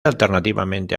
alternativamente